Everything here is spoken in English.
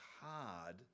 hard